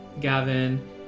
gavin